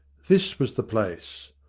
this was the place.